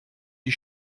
die